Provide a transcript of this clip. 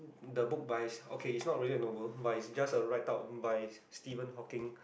the book by okay is not a novel but is just a write up by Steven Hawking